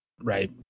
Right